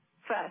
First